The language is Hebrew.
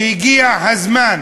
הגיע הזמן